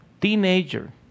teenager